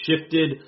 shifted